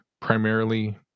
primarily